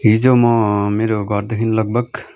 हिजो म मेरो घरदेखि लगभग